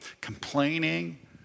complaining